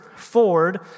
Ford